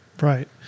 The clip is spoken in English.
Right